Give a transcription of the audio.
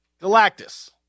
Galactus